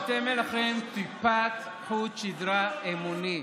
אתם, אין לכם טיפת חוט שדרה אמוני.